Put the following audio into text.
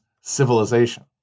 civilization